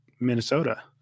Minnesota